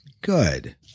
Good